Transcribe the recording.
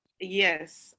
Yes